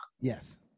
Yes